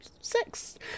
six